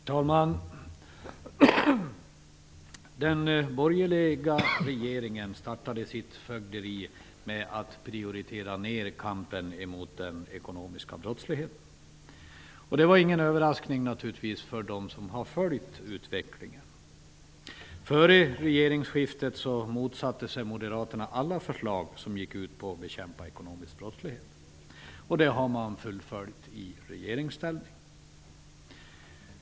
Herr talman! Den borgerliga regeringen startade sitt fögderi med att prioritera ner kampen mot den ekonomiska brottsligheten. Det var naturligtvis ingen överraskning för dem som har följt utvecklingen. Före regeringsskiftet motsatte sig moderaterna alla förslag som gick ut på att bekämpa ekonomisk brottslighet. Detta har man fullföljt i regeringsställning.